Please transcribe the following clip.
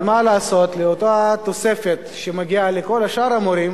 אבל מה לעשות, לאותה תוספת שמגיעה לכל שאר המורים